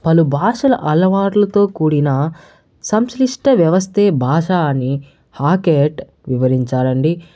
పలు భాషల అలవాట్లతో కూడిన సంశ్లిష్ట వ్యవస్థే భాష అని హాకెట్ వివరించారండి